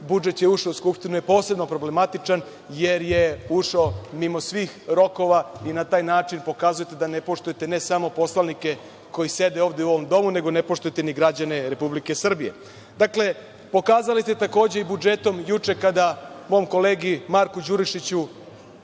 budžet ušao u Skupštinu je posebno problematičan, jer je ušao mimo svih rokova i na taj način pokazujete da ne poštujete ne samo poslanike koji sede ovde u ovom domu, nego ne poštujete ni građane Republike Srbije. Pokazali ste, takođe, i budžetom juče kada mom kolegi Marku Đurišiću